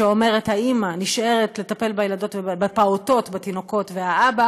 שאומרת שהאימא נשארת לטפל בפעוטות ובתינוקות והאבא